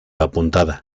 apuntada